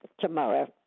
tomorrow